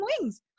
wings